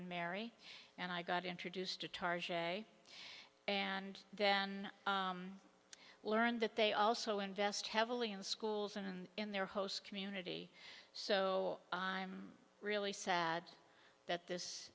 and mary and i got introduced to target and then learned that they also invest heavily in schools and in their host community so i'm really sad that this